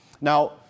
Now